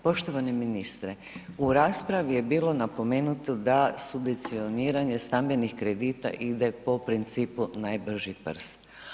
Poštovani ministre, u raspravi je bilo napomenuto da subvencioniranje stambenih kredita ide po principu najbrži prst.